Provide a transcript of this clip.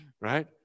Right